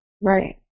Right